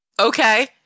Okay